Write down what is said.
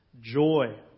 joy